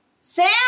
Sam